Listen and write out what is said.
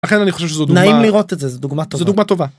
לכן אני חושב שזאת דוגמא.. נעים לראות את זה דוגמא טובה טובה. זו דוגמא טובה.